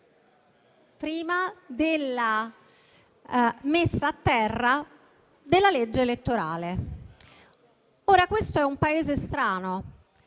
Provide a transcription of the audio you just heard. prima della messa a terra della legge elettorale. Questo è un Paese strano.